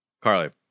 Carly